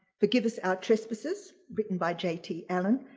forgive us our trespasses written by j t allen